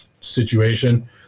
situation